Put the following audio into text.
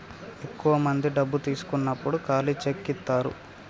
ఎక్కువ మంది డబ్బు తీసుకున్నప్పుడు ఖాళీ చెక్ ఇత్తారు